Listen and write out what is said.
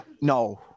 No